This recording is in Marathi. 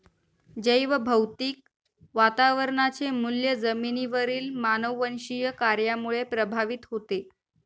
जैवभौतिक वातावरणाचे मूल्य जमिनीवरील मानववंशीय कार्यामुळे प्रभावित होते